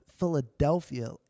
Philadelphia